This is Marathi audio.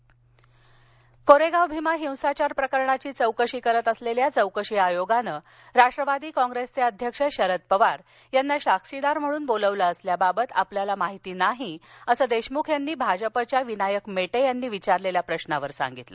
भीमा कोरेगाव कोरेगाव भीमा हिंसाचार प्रकरणाची चौकशी करत असलेल्या चौकशी आयोगानं राष्ट्रवादी कॉंप्रेसचे अध्यक्ष शरद पवार यांना साक्षीदार म्हणून बोलवलं असल्याबाबत आपल्याला माहिती नाही असं देशमुख यांनी भाजपच्या विनायक मेटेंनी विचारलेल्या प्रश्रावर सांगितलं